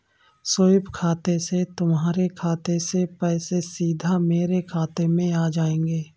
SVEEP खाते से तुम्हारे खाते से पैसे सीधा मेरे खाते में आ जाएंगे